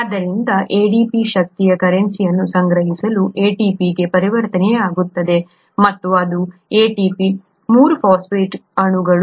ಆದ್ದರಿಂದ ADP ಶಕ್ತಿಯ currency ಅನ್ನು ಸಂಗ್ರಹಿಸಲು ATP ಗೆ ಪರಿವರ್ತನೆಯಾಗುತ್ತದೆ ಮತ್ತು ಅದು ATP 3 ಫಾಸ್ಫೇಟ್ ಅಣುಗಳು